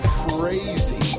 crazy